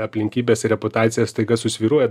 aplinkybės reputacija staiga susvyruoja